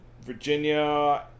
Virginia